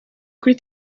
kuri